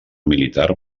militar